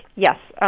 yes.